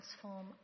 transform